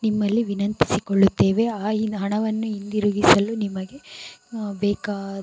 ನಿಮ್ಮಲ್ಲಿ ವಿನಂತಿಸಿಕೊಳ್ಳುತ್ತೇವೆ ಆ ಈ ಹಣವನ್ನು ಹಿಂದಿರುಗಿಸಲು ನಿಮಗೆ ಬೇಕಾದ